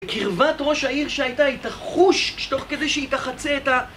בקרבת ראש העיר שהייתה היא תחוש כשתוך כזה שהיא תחצה את ה...